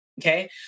Okay